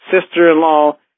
sister-in-law